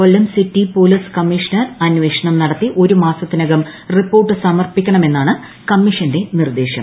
കൊല്ലം city police commissioner അന്വേഷണം നടത്തി ഒരു മാസത്തിനകം റിപ്പോർട്ട് സമർപ്പിക്കണമെന്നാണ് കമ്മീഷന്റെ നിർദ്ദേശം